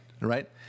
right